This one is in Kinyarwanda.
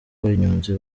abanyonzi